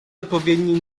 odpowiednie